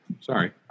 Sorry